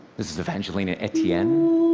this is evangelina etienne